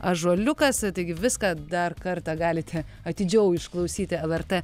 ąžuoliukas taigi viską dar kartą galite atidžiau išklausyti lrt